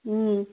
ம்